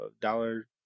dollar